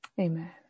Amen